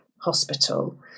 Hospital